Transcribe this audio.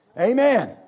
Amen